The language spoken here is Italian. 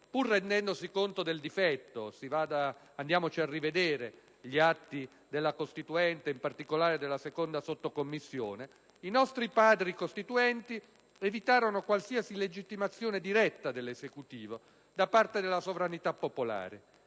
pur rendendosi conto del difetto - andiamoci a rivedere gli atti della Costituente, in particolare della Seconda Sottocommissione - i nostri Padri costituenti evitarono qualsiasi legittimazione diretta dell'Esecutivo da parte della sovranità popolare.